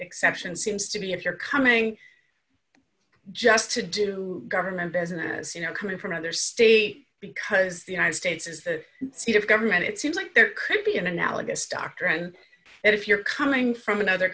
exception seems to be if you're coming just to do government business you know coming from other states because the united states is the seat of government it seems like there could be an analogous doctrine if you're coming from another